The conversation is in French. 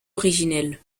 originel